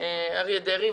אריה דרעי,